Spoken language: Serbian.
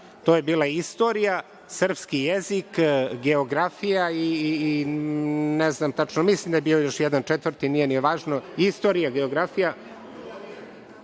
To je bila istorija, srpski jezik, geografija i ne znam tačno, mislim da je bio još jedan četvrti, nije ni važno. Mislim da je